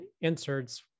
inserts